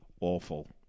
awful